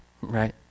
Right